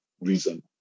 reason